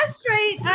straight